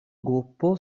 gruppo